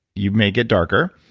you may get darker.